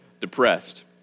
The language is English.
depressed